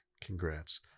congrats